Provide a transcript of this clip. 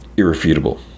irrefutable